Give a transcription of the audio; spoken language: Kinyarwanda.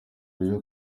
buryo